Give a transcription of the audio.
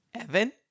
Evan